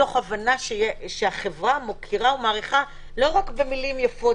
תוך הבנה שהחברה מוקירה ומעריכה לא רק במילים יפות